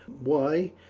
why,